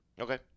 Okay